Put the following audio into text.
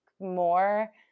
more